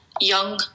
young